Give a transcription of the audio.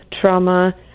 trauma